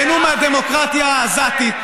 תיהנו מהדמוקרטיה העזתית,